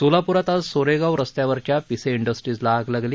सोलापूरात आज सोरेगाव रस्त्यावरच्या पिसे इंडस्ट्रीजला आग लागली